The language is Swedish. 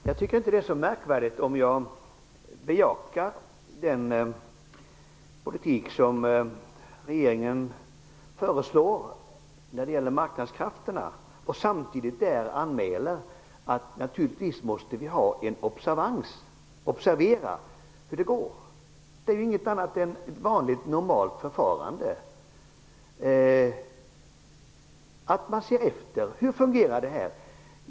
Herr talman! Det är väl inte så märkvärdigt om jag bejakar den politik som regeringen föreslår när det gäller marknadskrafterna och samtidigt anmäler att vi naturligtvis måste observera hur det går. Det är ju ett normalt förfarande att man ser efter hur saker fungerar.